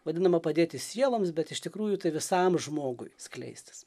vadinama padėti sieloms bet iš tikrųjų tai visam žmogui skleistis